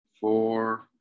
four